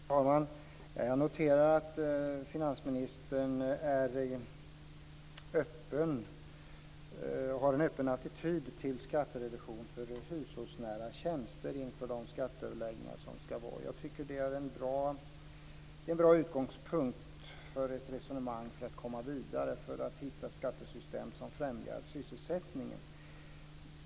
Fru talman! Jag noterar att finansministern har en öppen attityd till skattereduktion för hushållsnära tjänster inför de kommande skatteöverläggningarna. Det är en bra utgångspunkt för att komma vidare med att finna ett skattesystem som främjar sysselsättningen.